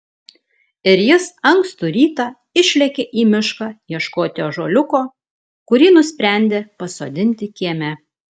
ir jis ankstų rytą išlėkė į mišką ieškoti ąžuoliuko kurį nusprendė pasodinti kieme